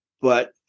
But-